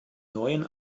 neuen